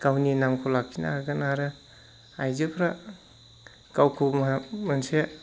गावनि नामखौ लाखिनो हागोन आरो आइजोफोरा गावखौ मोनसे